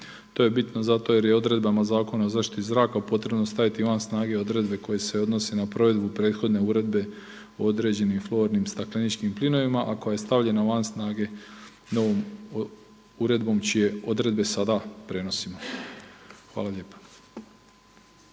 To je bitno zato jer je odredbama Zakona o zaštiti zraka potrebno staviti van snage odredbe koje se odnose na provedbu prethodne uredbe o određenim flornim stakleničkim plinovima, a koja je stavljena van snage novo uredbom čije odredbe sada prenosimo. Hvala lijepa.